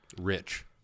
Rich